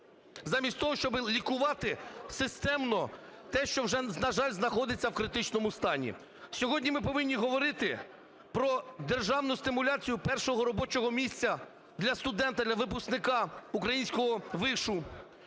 замість того, щоби лікувати системно те, що вже, на жаль, знаходиться в критичному стані. Сьогодні ми повинні говорити про державну стимуляцію першого робочого місця для студента, для випускника українського вишу.